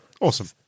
Awesome